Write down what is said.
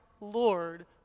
Lord